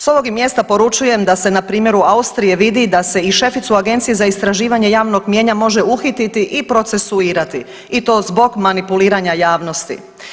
Sa ovog mjesta poručujem da se na primjeru Austrije vidi da se i šeficu Agencije za istraživanje javnog mijenja može uhititi i procesuirati i to zbog manipuliranja javnosti.